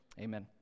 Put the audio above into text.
amen